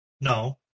no